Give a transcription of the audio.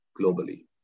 globally